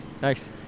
Thanks